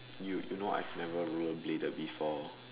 you know I've never rollerbladed before